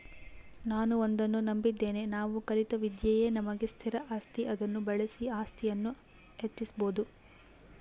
ನಾನು ಒಂದನ್ನು ನಂಬಿದ್ದೇನೆ ನಾವು ಕಲಿತ ವಿದ್ಯೆಯೇ ನಮಗೆ ಸ್ಥಿರ ಆಸ್ತಿ ಅದನ್ನು ಬಳಸಿ ಆಸ್ತಿಯನ್ನು ಹೆಚ್ಚಿಸ್ಬೋದು